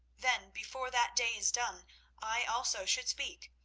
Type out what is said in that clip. then, before that day is done i also should speak,